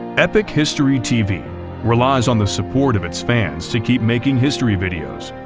epic history tv relies on the support of its fans to keep making history videos.